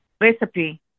recipe